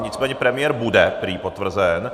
Nicméně premiér bude prý potvrzen.